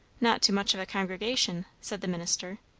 not to much of a congregation, said the minister.